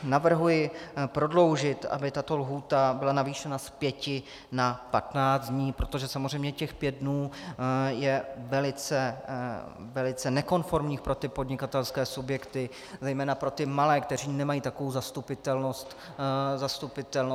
Navrhuji prodloužit, aby tato lhůta byla navýšena z pěti na patnáct dní, protože samozřejmě těch pět dnů je velice, velice nekonformní pro ty podnikatelské subjekty, zejména pro ty malé, které nemají takovou zastupitelnost.